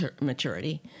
maturity